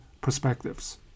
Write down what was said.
perspectives